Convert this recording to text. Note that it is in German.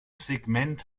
segment